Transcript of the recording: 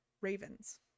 ravens